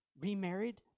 remarried